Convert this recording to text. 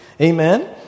Amen